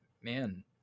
man